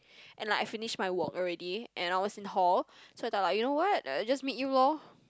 and like I finish my work already and I was in hall so I thought like you know what I just meet you loh